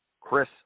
Chris